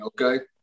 Okay